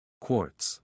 Quartz